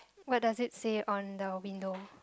what does it say on the window